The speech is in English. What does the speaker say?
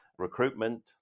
recruitment